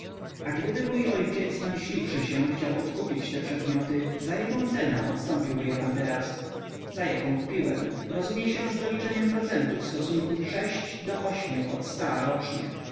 a gdyby mój ojciec namyśliwszy się chciał odkupić te przedmioty za jaką cenę odstąpiłby je pan teraz za jaką kupiłem rozumie się z doliczeniem procentu w stosunku sześć do ośmiu od sta